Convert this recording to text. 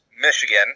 Michigan